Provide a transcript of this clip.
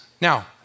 Now